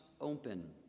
open